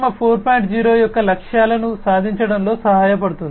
0 యొక్క లక్ష్యాలను సాధించడంలో సహాయపడుతుంది